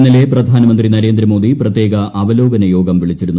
ഇന്നലെ പ്രധാനമന്ത്രി നരേന്ദ്രമോദി പ്രത്യേക അവലോകനയോഗം വിളിച്ചിരുന്നു